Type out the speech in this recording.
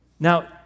Now